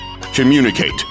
Communicate